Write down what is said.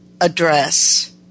address